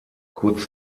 kurz